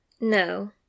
No